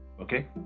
Okay